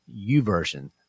uversion